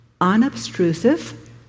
unobtrusive